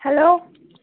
hello